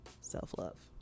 self-love